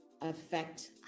affect